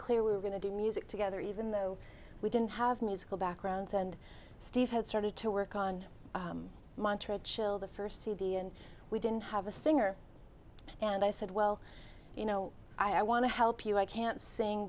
clear we were going to do music together even though we didn't have musical backgrounds and steve had started to work on montrose chil the first cd and we didn't have a singer and i said well you know i want to help you i can't sing